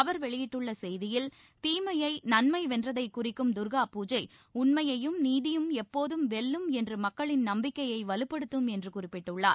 அவர் வெளியிட்டுள்ள செய்தியில் தீமையை நன்மை வென்றதைக் குறிக்கும் தர்கா பூஜை உண்மையும் நீதியும் எப்போதும் வெல்லும் என்ற மக்களின் நம்பிக்கையை வலுப்படுததம் என்று குறிப்பிட்டுள்ளார்